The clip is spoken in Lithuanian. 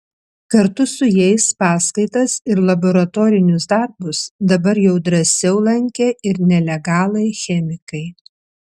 kartu su jais paskaitas ir laboratorinius darbus dabar jau drąsiau lankė ir nelegalai chemikai